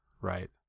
right